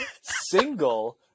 single